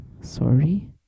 sorry